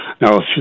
Now